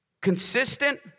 consistent